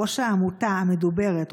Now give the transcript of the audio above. ראש העמותה המדוברת,